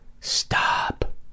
Stop